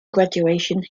graduation